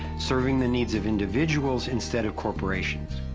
serving the needs of individuals instead of corporations.